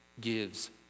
gives